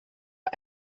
add